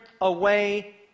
away